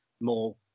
more